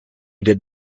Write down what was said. did